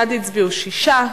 בעד הצביעו שישה,